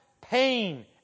pain